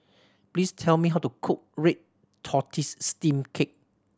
please tell me how to cook red tortoise steamed cake